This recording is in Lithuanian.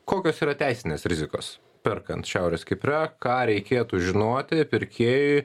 kokios yra teisinės rizikos perkant šiaurės kipre ką reikėtų žinoti pirkėjui